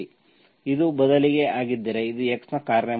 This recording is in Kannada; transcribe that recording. ಇದು ಬದಲಿಗೆ ಆಗಿದ್ದರೆ ಇದು x ನ ಕಾರ್ಯ ಮಾತ್ರ